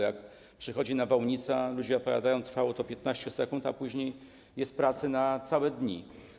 Jak przychodzi nawałnica, ludzie opowiadają: trwało to 15 sekund, a później jest praca na całe dni.